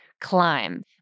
climb